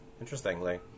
interestingly